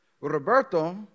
Roberto